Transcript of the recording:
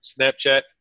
Snapchat